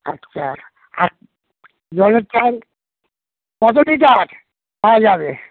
আচ্ছা আর জলের ট্যাংক কত লিটার পাওয়া যাবে